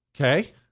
Okay